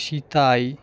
Sitai